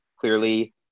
clearly